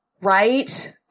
Right